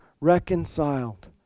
reconciled